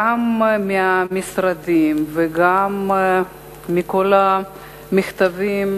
גם מהמשרדים וגם מכל המכתבים,